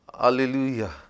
Hallelujah